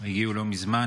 הגיעו לא מזמן,